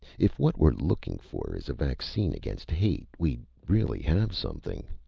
if what we're looking for is a vaccine against hate we'd really have something.